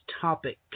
topic